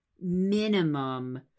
minimum